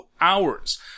hours